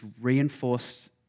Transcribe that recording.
reinforced